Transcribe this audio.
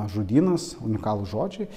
žodynas unikalūs žodžiai